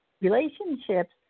relationships